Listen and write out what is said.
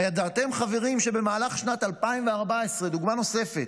הידעתם, חברים, שבמהלך שנת 2014, דוגמא נוספת,